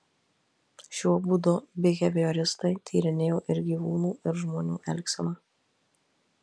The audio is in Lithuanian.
šiuo būdu bihevioristai tyrinėjo ir gyvūnų ir žmonių elgseną